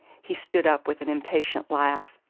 he stood up with an impatient laugh.